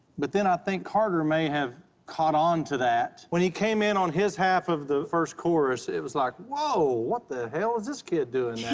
but then i think carter may have caught on to that. when he came in on his half of the first chorus, it was like, whoa. what the hell is this kid doing yeah